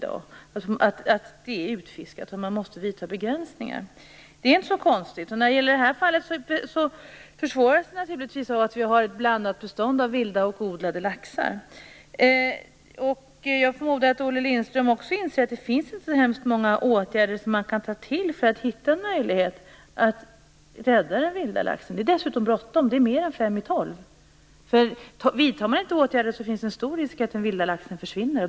Det är utfiskat, och man måste införa begränsningar. Det är inte så konstigt. I det här fallet försvåras det hela naturligtvis av att det finns ett blandat bestånd av vilda och odlade laxar. Jag förmodar att Olle Lindström också inser att det inte finns så många åtgärder att vidta för att rädda den vilda laxen. Det är dessutom bråttom. Klockan är mer än fem i tolv. Om man inte vidtar åtgärder finns det en stor risk att den vilda laxen försvinner.